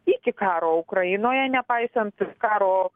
iki karo ukrainoje nepaisant karo